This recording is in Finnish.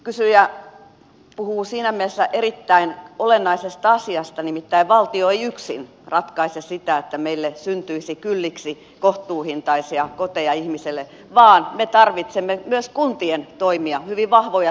kysyjä puhuu siinä mielessä erittäin olennaisesta asiasta että valtio ei yksin ratkaise sitä että meille syntyisi kylliksi kohtuuhintaisia koteja ihmisille vaan me tarvitsemme myös kuntien toimia hyvin vahvoja sellaisia